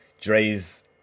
Dre's